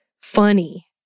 funny